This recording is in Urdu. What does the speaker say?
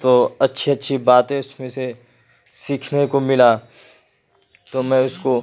تو اچھی اچھی باتیں اس میں سے سیکھنے کو ملا تو میں اس کو